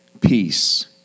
peace